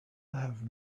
have